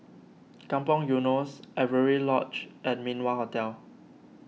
Kampong Eunos Avery Lodge and Min Wah Hotel